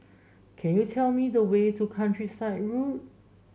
can you tell me the way to Countryside Road